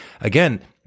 again